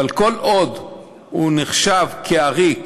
אבל כל עוד הוא נחשב עריק